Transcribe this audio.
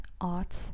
art